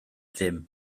ddim